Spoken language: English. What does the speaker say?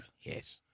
Yes